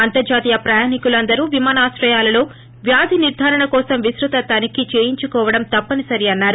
అంతర్హతీయ ప్రయాణీకులందరూ విమానాశ్రయాలలో వ్యాధి నిర్దారణ కోసం విస్తృత తనిఖీ చేయించు కోవడం తప్పనిసరి అన్నారు